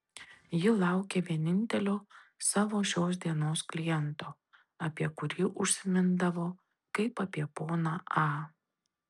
ji laukė vienintelio savo šios dienos kliento apie kurį užsimindavo kaip apie poną a